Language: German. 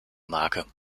marke